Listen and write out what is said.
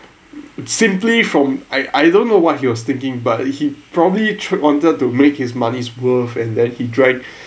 simply from I I don't know what he was thinking but he probably tr~ wanted to make his money's worth and then he drank